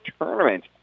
Tournament